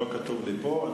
לא כתוב לי פה.